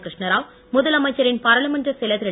கிருஷ்ணாராவ் முதலமைச்சரின் பாராளுமன்றச் செயலர் திரு